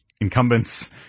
incumbents